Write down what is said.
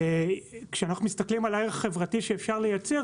כשאנחנו מסתכלים על הערך החברתי שאפשר לייצר,